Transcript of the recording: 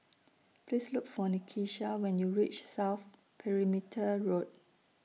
Please Look For Nakisha when YOU REACH South Perimeter Road